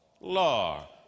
Law